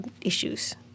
issues